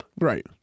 Right